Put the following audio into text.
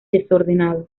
desordenado